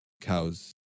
cows